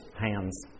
hands